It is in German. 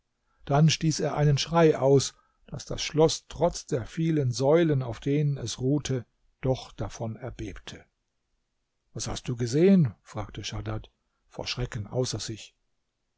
dann stieß er einen schrei aus daß das schloß trotz der vielen säulen auf denen es ruhte doch davon erbebte was hast du gesehen fragte schadad vor schrecken außer sich